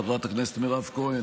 חברת הכנסת מירב כהן.